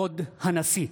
כבוד הנשיא!